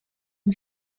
and